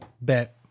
Bet